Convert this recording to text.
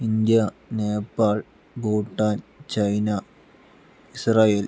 India Nepal Bhutan China Israel